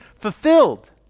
fulfilled